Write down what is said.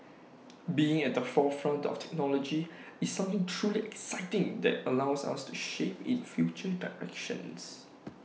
being at the forefront of technology is something truly exciting that allows us to shape its future directions